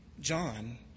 John